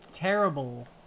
Terrible